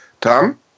Tom